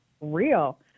real